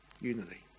unity